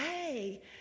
Hey